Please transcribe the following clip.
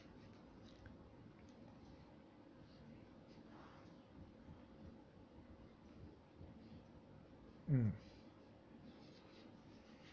mm